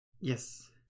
yes